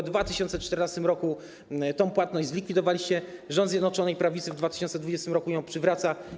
W 2014 r. tę płatność zlikwidowaliście, rząd Zjednoczonej Prawicy w 2020 r. ją przywraca.